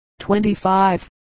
25